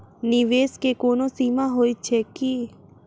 निवेश केँ कोनो सीमा होइत छैक की?